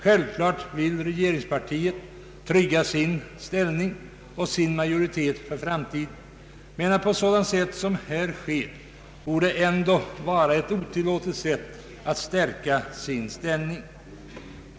Självfallet vill regeringspartiet trygga sin ställning och sin majoritet för framtiden, men att stärka sin ställning på ett sådant sätt som här sker borde ändå vara otillåtet.